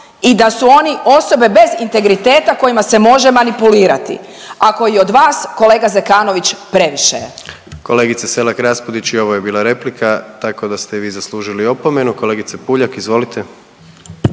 i da su oni osobe bez integriteta kojima se može manipulirati, ako je i od vas kolega Zekanović previše je. **Jandroković, Gordan (HDZ)** Kolegice SElak Raspudić i ovo je bila replika, tako da ste i vi zaslužili opomenu. Kolegice Puljak izvolite.